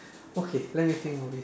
okay let me think of this